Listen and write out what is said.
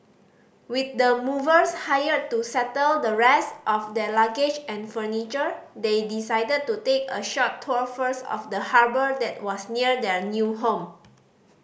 with the movers hired to settle the rest of their luggage and furniture they decided to take a short tour first of the harbour that was near their new home